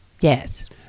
Yes